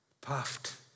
puffed